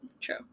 True